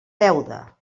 beuda